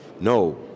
no